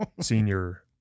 senior